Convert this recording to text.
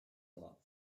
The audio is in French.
bras